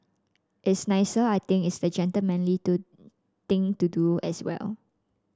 it's nicer I think it's the gentlemanly to thing to do as well